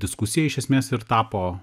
diskusija iš esmės ir tapo